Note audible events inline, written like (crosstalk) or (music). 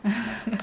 (laughs)